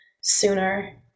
sooner